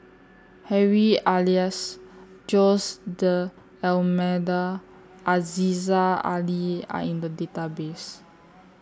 Harry Elias Jose D Almeida Aziza Ali Are in The Database